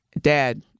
Dad